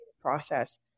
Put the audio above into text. process